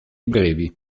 brevi